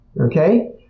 Okay